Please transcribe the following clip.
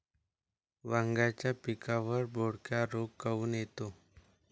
वांग्याच्या पिकावर बोकड्या रोग काऊन येतो?